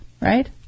right